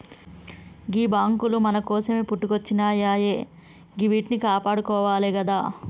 గీ బాంకులు మన కోసమే పుట్టుకొచ్జినయాయె గివ్విట్నీ కాపాడుకోవాలె గదా